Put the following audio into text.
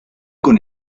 con